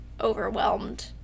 overwhelmed